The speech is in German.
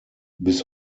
bis